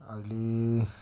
അതില്